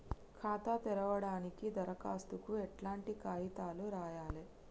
ఖాతా తెరవడానికి దరఖాస్తుకు ఎట్లాంటి కాయితాలు రాయాలే?